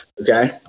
Okay